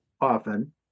often